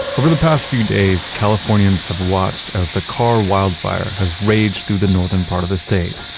over the past few days, californians have watched as the carr wildfire has raged through the northern part of the state.